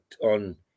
on